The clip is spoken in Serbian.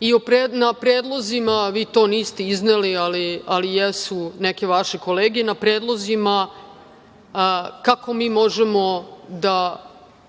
i na predlozima, vi to niste izneli, ali jesu neke vaše kolege, na predlozima kako mi možemo da